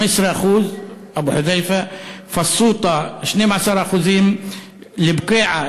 15%; פסוטה 12%; בוקייעה,